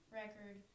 record